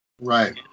Right